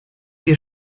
wir